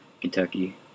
Kentucky